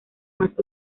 más